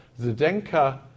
Zdenka